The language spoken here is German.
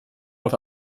auf